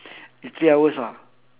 the three hours ah